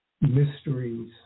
mysteries